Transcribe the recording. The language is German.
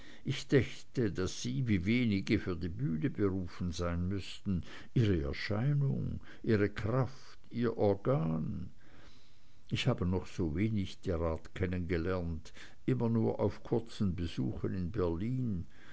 ich dächte daß sie wie wenige für die bühne berufen sein müßten ihre erscheinung ihre kraft ihr organ ich habe noch so wenig derart kennengelernt immer nur auf kurzen besuchen in berlin